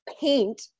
paint